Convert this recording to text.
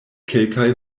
kelkaj